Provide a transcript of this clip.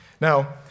Now